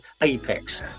apex